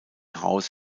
haus